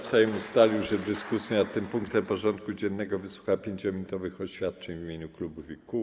Sejm ustalił, że w dyskusji nad tym punktem porządku dziennego wysłucha 5-minutowych oświadczeń w imieniu klubów i kół.